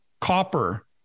copper